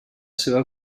seva